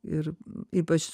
ir ypač